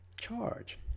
charge